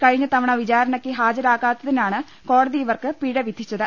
കഴിഞ്ഞ തവണ വിചാരണക്ക് ഹാജരാകാത്തതിനാണ് കോടതി ഇവർക്ക് പിഴ വിധിച്ചത്